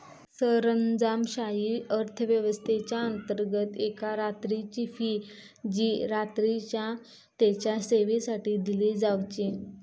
सरंजामशाही व्यवस्थेच्याअंतर्गत एका रात्रीची फी जी रात्रीच्या तेच्या सेवेसाठी दिली जावची